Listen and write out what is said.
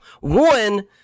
One